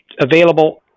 available